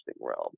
realm